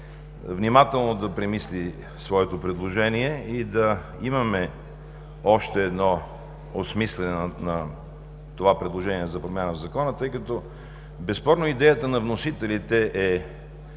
внимателно да премисли своето предложение и да имаме още едно осмисляне на това предложение за промяна в Закона, тъй като безспорно идеята на вносителите е